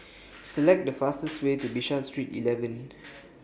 Select The fastest Way to Bishan Street eleven